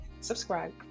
Subscribe